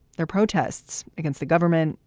their protests against the government,